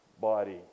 body